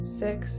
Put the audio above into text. six